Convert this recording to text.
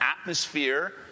atmosphere